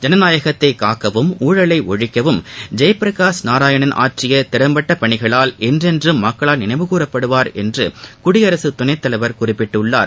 ஜனநாயகத்தை காக்கவும் ஊழலை ஒழிக்கவும் ஜெயபிரகாஷ் நாராயணன் ஆற்றிய திறம்பட்ட பணிகளால் என்றென்றும் மக்களால் நினைவு கூறப்படுவார் என்று குடியரசு துணைத்தலைவர் குறிப்பிட்டுள்ளார்